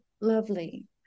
lovely